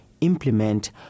implement